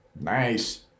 Nice